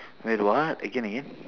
wait what again again